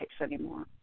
anymore